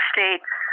States